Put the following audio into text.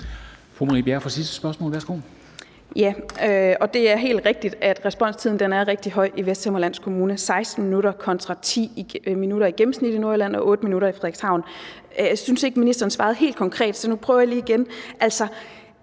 Fru Marie Bjerre for det sidste spørgsmål. Værsgo. Kl. 13:05 Marie Bjerre (V): Det er helt rigtigt, at responstiden er rigtig høj i Vesthimmerlands Kommune: 16 minutter kontra 10 minutter i gennemsnit i Nordjylland og 8 minutter i Frederikshavn. Jeg synes ikke, ministeren svarede helt konkret, så nu prøver jeg lige igen: Er